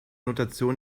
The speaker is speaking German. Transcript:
notation